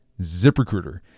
ZipRecruiter